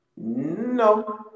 No